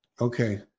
okay